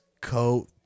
coat